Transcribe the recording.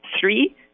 three